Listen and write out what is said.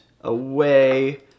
away